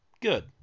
Good